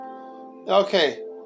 Okay